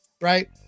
right